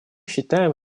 считаем